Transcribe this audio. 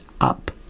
up